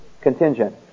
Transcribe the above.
contingent